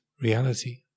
reality